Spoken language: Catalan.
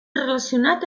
relacionat